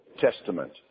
Testament